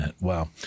Wow